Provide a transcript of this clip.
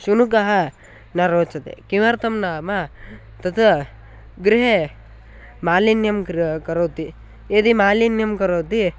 शुनकः न रोचते किमर्थं नाम तत् गृहे मालिन्यं करोति करोति यदि मालिन्यं करोति